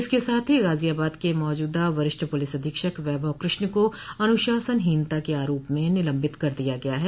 इसके साथ ही गाजियाबाद के मौजूदा वरिष्ठ पुलिस अधीक्षक वैभव कृष्ण को अनुशासनहीनता के आरोप में निलंबित कर दिया गया है